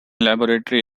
laboratory